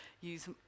use